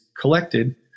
collected